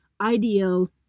ideal